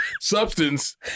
substance